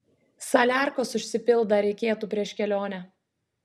saliarkos užsipilt dar reikėtų prieš kelionę